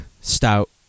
Stout